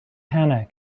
hannah